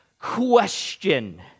Question